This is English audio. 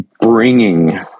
bringing